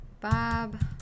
Bob